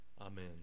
Amen